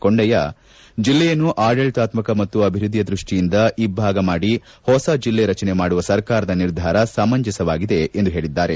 ಕೊಂಡಯ್ಯ ಜಿಲ್ಲೆಯನ್ನು ಆಡಳಿತಾತ್ಮಕ ಮತ್ತು ಅಭಿವೃದ್ಧಿಯ ದೃಷ್ಟಿಯಂದ ಇಬ್ಬಾಗ ಮಾಡಿ ಹೊಸ ಜಿಲ್ಲೆ ರಚನೆ ಮಾಡುವ ಸರ್ಕಾರದ ನಿರ್ಧಾರ ಸಮಂಜಸವಾಗಿದೆ ಎಂದು ಹೇಳಿದ್ದಾರೆ